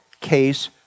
Case